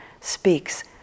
speaks